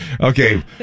okay